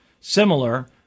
similar